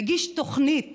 הגיש תוכנית